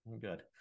Good